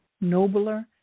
nobler